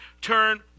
turn